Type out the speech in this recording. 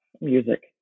music